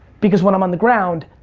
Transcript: because when i'm on the ground,